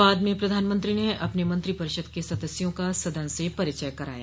बाद में प्रधानमंत्री ने अपने मंत्रिपरिषद के सदस्यों का सदन से परिचय करवाया